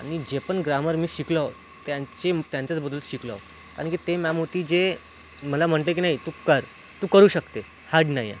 आणि जे पण ग्रामर मी शिकलो त्यांची त्यांच्याच बदोलत शिकलो कारण की ते मॅम होती जे मला म्हणते की नाही तू कर तू करू शकते हार्ड नाही आहे